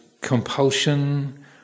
compulsion